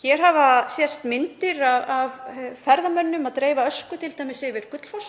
Hér hafa sést myndir af ferðamönnum að dreifa ösku, t.d. yfir Gullfoss,